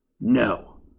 no